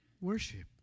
worship